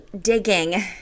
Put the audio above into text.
digging